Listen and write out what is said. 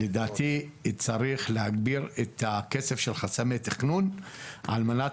לדעתי צריך להגביר את הכסף של חסמי תכנון על מנת